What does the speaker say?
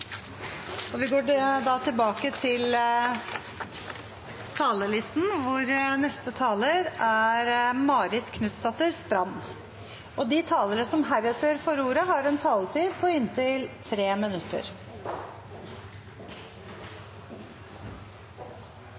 neste taler er Marit Knutsdatter Strand. De talere som heretter får ordet, har en taletid på inntil 3 minutter.